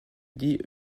dit